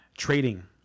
Trading